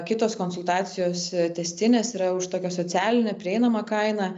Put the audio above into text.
kitos konsultacijos tęstinės yra už tokią socialinę prieinamą kainą